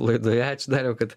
laidoje ačiū dariau kad